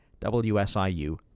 WSIU